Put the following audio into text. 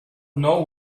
know